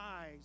eyes